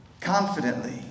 confidently